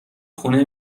خونه